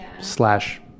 slash